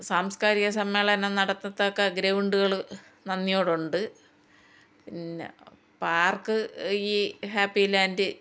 സാംസ്കാരിക സമ്മേളനം നടത്തത്തക്ക ഗ്രൗണ്ടുകൾ നന്ദിയോടുണ്ട് പിന്നെ പാർക്ക് ഈ ഹാപ്പി ലാൻഡ്